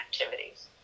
activities